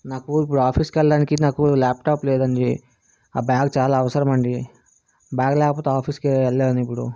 నాకు ఇప్పుడు ఆఫీస్కి వెళ్ళడానికి నాకు ల్యాప్టాప్ లేదండి ఆ బ్యాగ్ చాలా అవసరమండి బ్యాగ్ లేకపోతే ఆఫీస్కి వెళ్ళలేను ఇప్పుడు